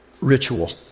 ritual